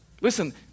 Listen